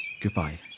Goodbye